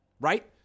right